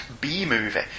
B-movie